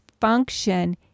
function